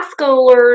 schoolers